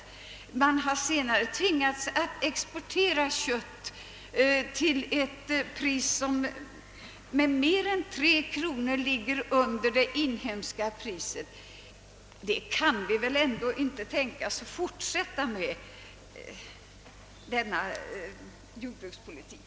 Senare har man tvingats att exportera kött till ett pris som med mer än tre kronor ligger under det inhemska. Vi kan väl ändå inte fortsätta med en sådan jordbrukspolitik!